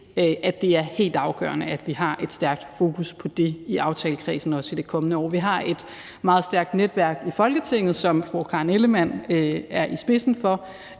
at det er helt afgørende, at vi har et stærkt fokus på det i aftalekredsen også i det kommende år. Vi har et meget stærkt netværk i Folketinget, som fru Karen Ellemann er i spidsen for,